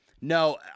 No